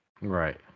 Right